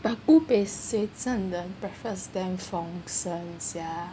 but 古北水镇的 breakfast damn 丰盛 sia